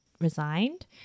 resigned